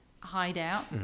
hideout